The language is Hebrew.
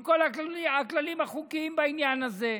עם כל הכללים החוקיים בעניין הזה,